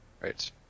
Right